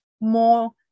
more